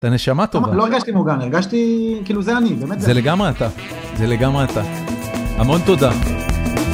אתה נשמה טובה. לא הרגשתי מוגן, הרגשתי... כאילו זה אני, באמת. זה לגמרי אתה, זה לגמרי אתה. המון תודה.